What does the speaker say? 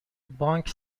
بانک